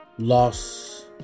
loss